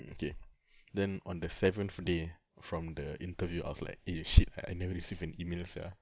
mm okay then on the seventh day from the interview I was like eh shit I never received any email sia